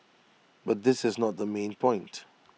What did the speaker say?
but this is not the main point